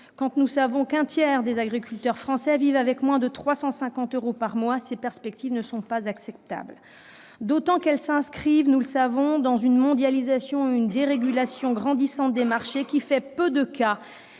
Quand nous savons qu'un tiers des agriculteurs français vivent avec moins de 350 euros par mois, ces perspectives ne sont pas acceptables, d'autant qu'elles s'inscrivent- nous le savons -dans une mondialisation et une dérégulation grandissantes des marchés, qui font peu de cas